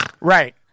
Right